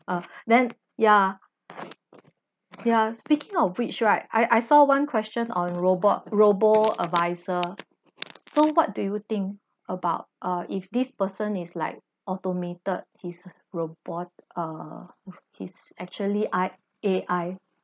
uh then ya ya speaking of which right I I saw one question on robot robo-adviser so what do you think about uh if this person is like automated his robot uh he's actually I_ A_I_